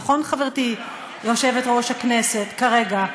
נכון, חברתי, יושבת-ראש הכנסת כרגע,